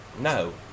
No